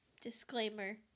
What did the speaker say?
disclaimer